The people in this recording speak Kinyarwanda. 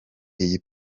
iyi